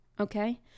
okay